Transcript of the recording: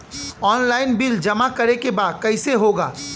Online bill जमा करे के बा कईसे होगा?